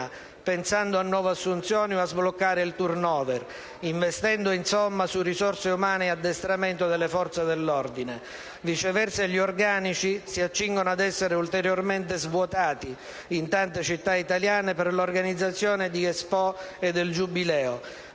pensando a nuove assunzioni o a sbloccare il *turnover*, investendo, insomma, su risorse umane e addestramento delle Forze dell'ordine. Viceversa, gli organici si accingono ad essere ulteriormente svuotati in tante città italiane per l'organizzazione di Expo e del Giubileo,